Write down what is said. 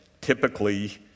typically